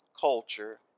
culture